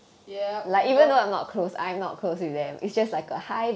yup uncle